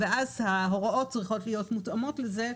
ההוראות צריכות להיות מותאמות לזה,